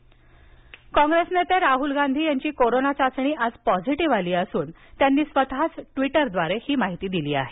राहल गांधी काँग्रेस नेते राहुल गांधी यांची कोरोना चाचणी आज पॉझीटीव्ह आली असून त्यांनी स्वतःच ट्वीटरद्वारे ही माहिती दिली आहे